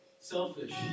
selfish